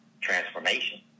transformation